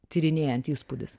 tyrinėjant įspūdis